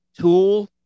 tool